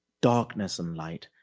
darkness and light,